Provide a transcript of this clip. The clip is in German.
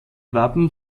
wappen